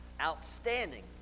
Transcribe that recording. Outstanding